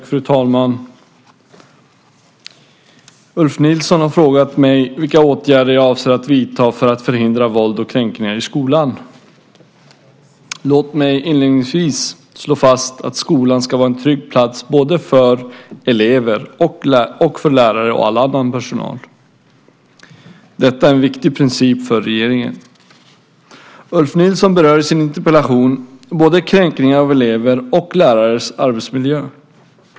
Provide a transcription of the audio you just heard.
Fru talman! Ulf Nilsson har frågat mig vilka åtgärder jag avser att vidta för att förhindra våld och kränkningar i skolan. Låt mig inledningsvis slå fast att skolan ska vara en trygg plats både för elever och för lärare och all annan personal. Detta är en viktig princip för regeringen. Ulf Nilsson berör i sin interpellation både kränkningar av elever och lärares arbetsmiljö.